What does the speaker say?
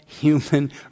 human